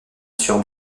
sur